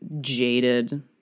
jaded